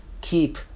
keep